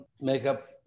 makeup